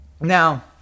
Now